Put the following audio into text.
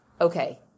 Okay